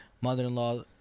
mother-in-law